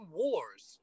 wars